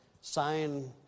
sign